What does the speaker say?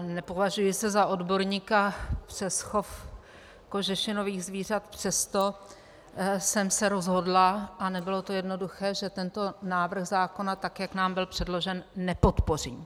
Nepovažuji se za odborníka přes chov kožešinových zvířat, přesto jsem se rozhodla, a nebylo to jednoduché, že tento návrh zákona, tak jak nám byl předložen, nepodpořím.